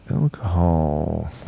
Alcohol